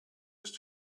ist